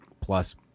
plus